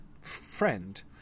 friend